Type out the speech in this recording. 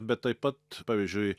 bet taip pat pavyzdžiui